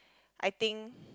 I think